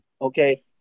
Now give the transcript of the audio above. okay